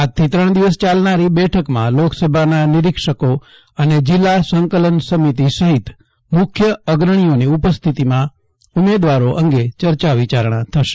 આજથી ત્રણ દિવસ ચાલનારી બેઠકમાં લોકસભાના નિરીક્ષકો અને જિલ્લા સંકલન સમિતિ સહિત મુખ્ય અગ્રણીઓની ઉપસ્થિતિમાં ઉમેદવારો અંગે ચર્ચા વિચારણા થશે